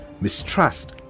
mistrust